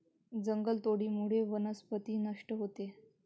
जंगलतोडीमुळे वनस्पती नष्ट होते